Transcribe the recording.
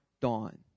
dawn